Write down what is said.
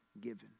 given